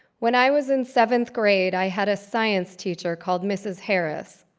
when i was in seventh grade, i had a science teacher called mrs. harris.